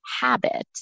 habit